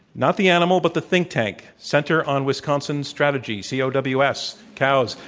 not the animal, but the think tank center on wisconsin strategies, c o w s, cows.